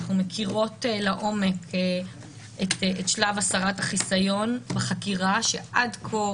אנחנו מכירות לעומק את שלב הסרת החיסיון בחקירה שעד כה